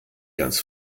ganz